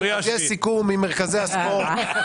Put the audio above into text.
יש סיכום עם מרכזי הספורט.